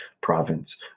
province